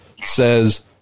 says